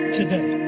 today